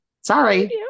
Sorry